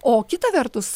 o kita vertus